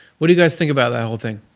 what do you guys think about that whole thing?